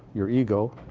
your ego,